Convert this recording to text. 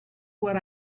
what